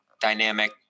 dynamic